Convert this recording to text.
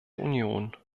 union